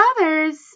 others